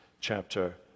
chapter